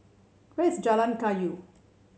where is Jalan Kayu